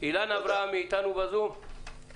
איתנו בזום?